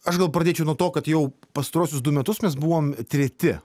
aš gal pradėčiau nuo to kad jau pastaruosius du metus mes buvom treti